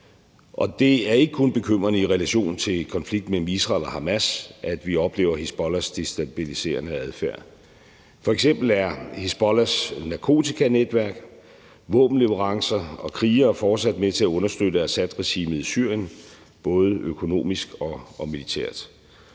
Det er ikke kun bekymrende i relation til konflikten mellem Israel og Hamas, at vi oplever Hizbollahs destabiliserende adfærd. F.eks. er Hizbollahs narkotikanetværk, våbenleverancer og krigere fortsat med til at understøtte Assadregimet i Syrien, både økonomisk og militært.